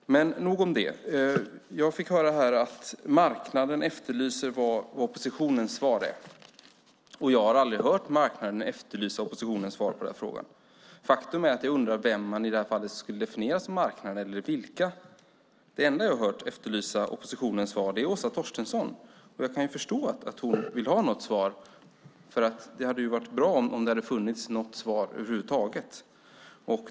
Men nog om det. Jag fick här höra att marknaden efterlyser oppositionens svar. Jag har aldrig hört marknaden efterlysa oppositionens svar på denna fråga. Faktum är att jag undrar vem eller vilka som man i detta fall skulle definiera som marknaden. Den enda som jag har hört efterlysa oppositionens svar är Åsa Torstensson. Jag kan förstå att hon vill ha ett svar eftersom det hade varit bra om det hade funnits något svar över huvud taget.